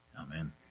amen